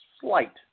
slight